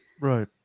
Right